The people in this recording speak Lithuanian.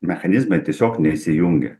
mechanizmai tiesiog neįsijungia